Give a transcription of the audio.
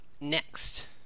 Next